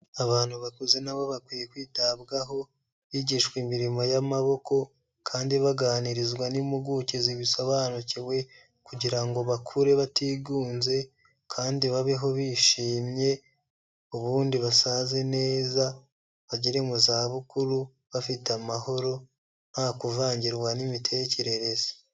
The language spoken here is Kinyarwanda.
Abantu bakuze na bo bakwiye kwitabwaho, bigishwa imirimo y'amaboko, kandi baganirizwa n'impuguke zibisobanukiwe kugira ngo bakure batigunze, kandi babeho bishimye, ubundi basaze neza, bagere mu zabukuru bafite amahoro, nta kuvangirwa n'imitekerereze.